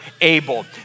Abel